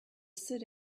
sit